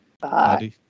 Bye